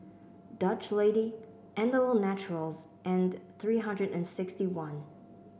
Dutch Lady Andalou Naturals and three hundred and sixty one